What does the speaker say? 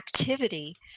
activity